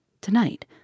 Tonight